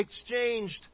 exchanged